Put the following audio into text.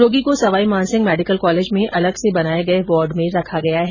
रोगी को Sawai Mansingh medical college में अलग से बनाये गये वार्ड में रखा गया है